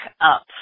up